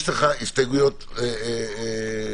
אנחנו חושבים שנכון להכניס בתוך הסעיף